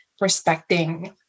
respecting